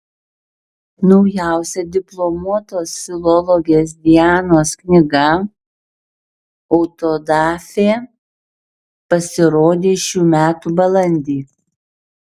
naujausia diplomuotos filologės dianos knyga autodafė pasirodė šių metų balandį